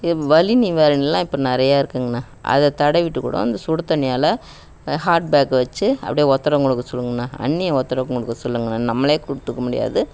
இது வலி நிவாரணிலாம் இப்போ நிறையா இருக்குங்கண்ணா அதை தடவிட்டு கூட இந்த சுடு தண்ணியால் ஹாட்பேக்கை வெச்சி அப்டியே ஒத்தடம் கொடுக்க சொல்லுங்கண்ணா அண்ணியை ஒத்தடம் கொடுக்க சொல்லுங்கண்ணா நம்மளே கொடுத்துக்க முடியாது